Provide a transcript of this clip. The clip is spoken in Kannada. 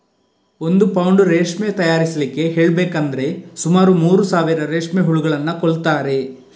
ಒಂದು ಪೌಂಡ್ ರೇಷ್ಮೆ ತಯಾರಿಸ್ಲಿಕ್ಕೆ ಹೇಳ್ಬೇಕಂದ್ರೆ ಸುಮಾರು ಮೂರು ಸಾವಿರ ರೇಷ್ಮೆ ಹುಳುಗಳನ್ನ ಕೊಲ್ತಾರೆ